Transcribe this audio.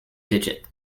digit